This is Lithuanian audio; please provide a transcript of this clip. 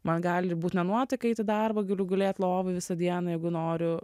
man gali būt ne nuotaika eit į darbą galiu gulėt lovoje visą dieną jeigu noriu